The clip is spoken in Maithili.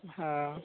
हँ